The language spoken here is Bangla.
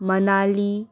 মানালি